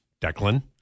Declan